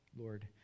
Lord